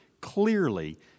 clearly